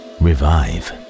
revive